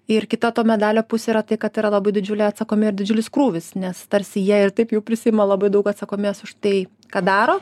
ir kita to medalio pusė yra tai kad yra labai didžiulė atsakomė ir didžiulis krūvis nes tarsi jie ir taip jau prisiima labai daug atsakomės už tai ką daro